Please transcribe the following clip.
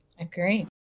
Agree